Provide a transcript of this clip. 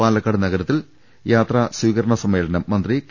പാലക്കാട് നഗ രത്തിൽ യാത്രാ സ്വീകരണ സമ്മേളനം മന്ത്രി കെ